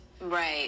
right